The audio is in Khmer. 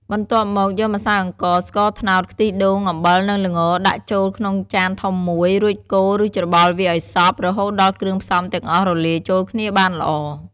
បន្ទាប់មក យកម្សៅអង្ករ ស្ករត្នោត ខ្ទិះដូង អំបិល និងល្ងដាក់ចូលក្នុងចានធំមួយ រួចកូរ ឬច្របល់វាឱ្យសព្វ រហូតដល់គ្រឿងផ្សំទាំងអស់រលាយចូលគ្នាបានល្អ។